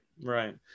right